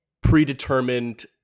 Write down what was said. predetermined